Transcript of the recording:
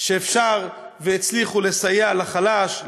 שאפשרו והצליחו לסייע לחלש,